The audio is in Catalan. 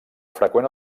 freqüent